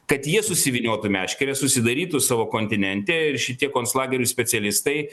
kad jie susivyniotų meškerę susidarytų savo kontinente ir šitie konclagerių specialistai